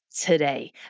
today